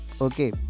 okay